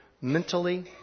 mentally